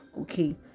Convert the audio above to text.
okay